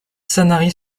sanary